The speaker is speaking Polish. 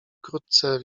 wkrótce